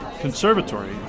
conservatory